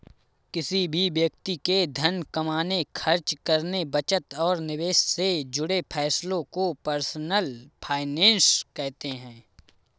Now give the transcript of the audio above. किसी भी व्यक्ति के धन कमाने, खर्च करने, बचत और निवेश से जुड़े फैसलों को पर्सनल फाइनैन्स कहते हैं